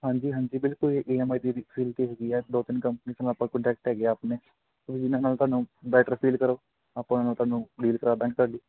ਹਾਂਜੀ ਹਾਂਜੀ ਬਿਲਕੁਲ ਆਪਾਂ ਕੰਟੈਕਟ ਹੈਗੇ ਆਪਣੇ ਨਾਲ ਤੁਹਾਨੂੰ ਬੈਟਰ ਫੀਲ ਕਰੋ ਆਪਾਂ ਨੂੰ ਕਲੀਅਰ ਕਰਾ